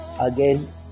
again